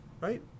right